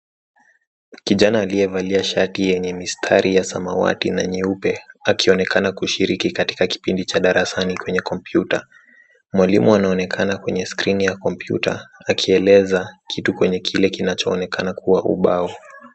Kijana aliyevalia shati yenye mistari ya samawati na nyeupe akionekana kushiriki katika kipindi cha darasani kwenye kompyuta. Mwalimu anaonekana kwenye skrini ya kompyuta akieleza kitu kwenye kile kinachoonekana kuwa ubao.